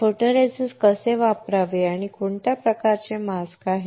photoresist कसे वापरावे आणि कोणत्या प्रकारचे मास्क आहेत